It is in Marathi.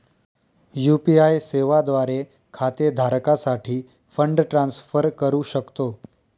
यू.पी.आय सेवा द्वारे खाते धारकासाठी फंड ट्रान्सफर करू शकतो